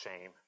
shame